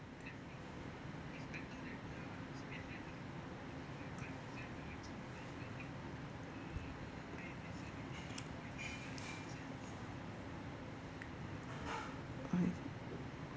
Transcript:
mm